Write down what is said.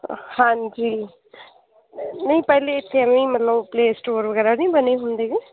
ਹਾਂਜੀ ਨਹੀਂ ਪਹਿਲਾਂ ਇੱਥੇ ਨਹੀਂ ਮਤਲਬ ਪਲੇ ਸਟੋਰ ਵਗੈਰਾ ਨਹੀਂ ਬਣੇ ਹੁੰਦੇ ਗੇ